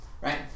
right